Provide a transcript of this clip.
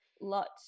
lots